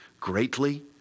greatly